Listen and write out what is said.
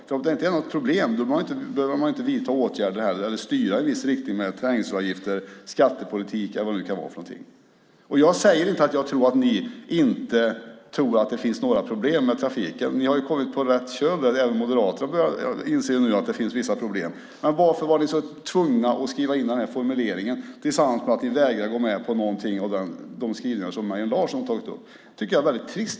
För om det inte är något problem behöver man ju inte vidta åtgärder eller styra i en viss riktning med trängselavgifter, skattepolitik eller vad det nu kan vara för någonting. Jag säger inte att ni inte tror att det finns några problem med trafiken. Ni har kommit på rätt köl där, och även Moderaterna börjar inse att det finns vissa problem. Men varför var ni tvungna att skriva in den här formuleringen, samtidigt som ni vägrar gå med på någon av de skrivningar som Mejern Larsson tagit upp? Det tycker jag är väldigt trist.